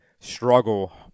struggle